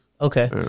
Okay